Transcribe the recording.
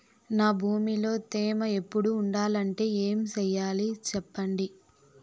నా భూమిలో తేమ ఎప్పుడు ఉండాలంటే ఏమి సెయ్యాలి చెప్పండి?